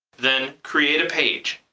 then create a page.